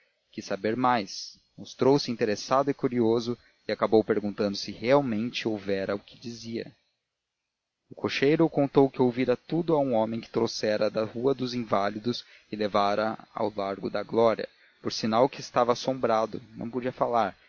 quis saber mais mostrou-se interessado e curioso e acabou perguntando se realmente houvera o que dizia o cocheiro contou que ouvira tudo a um homem que trouxera da rua dos inválidos e levara ao largo da glória por sinal que estava assombrado não podia falar